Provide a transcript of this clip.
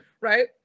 right